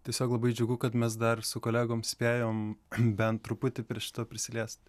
tiesiog labai džiugu kad mes dar su kolegom spėjom bent truputį prie šito prisiliest